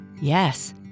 Yes